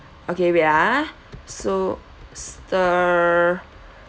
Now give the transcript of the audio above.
okay wait ah so stir